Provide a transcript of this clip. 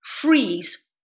freeze